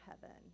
heaven